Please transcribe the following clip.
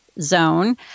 Zone